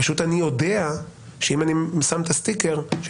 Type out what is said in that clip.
פשוט אני יודע שאם אני שם את הסטיקר של